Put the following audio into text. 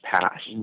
past